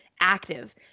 active